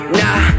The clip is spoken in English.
nah